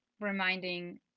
reminding